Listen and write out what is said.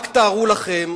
רק תארו לכם,